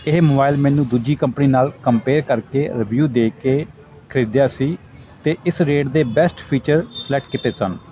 ਇਹ ਮੋਬਾਈਲ ਮੈਨੂੰ ਦੂਜੀ ਕੰਪਨੀ ਨਾਲ ਕੰਪੇਅਰ ਕਰਕੇ ਰਿਵਿਊ ਦੇਖ ਕੇ ਖਰੀਦਿਆ ਸੀ ਅਤੇ ਇਸ ਰੇਟ ਦੇ ਬੈਸਟ ਫੀਚਰ ਸਲੈਕਟ ਕੀਤੇ ਸਨ